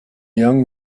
young